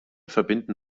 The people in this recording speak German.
verbinden